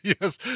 yes